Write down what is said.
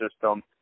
system